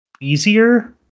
easier